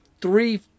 three